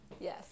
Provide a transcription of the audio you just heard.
Yes